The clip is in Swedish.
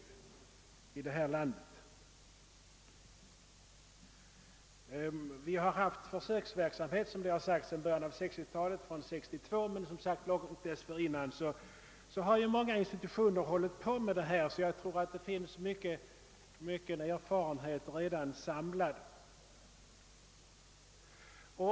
Vi har som nämnt haft en försöksverksamhet sedan 1962, men långt dessförinnan har många institutioner ägnat sig åt dessa uppgifter. Det finns alltså redan mycken erfarenhet samlad.